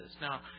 Now